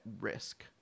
risk